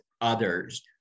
others